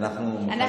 אז אנחנו חייבים,